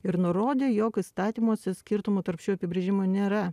ir nurodė jog įstatymuose skirtumo tarp šių apibrėžimų nėra